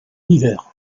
hiver